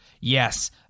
Yes